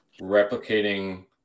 replicating